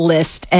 List